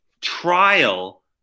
trial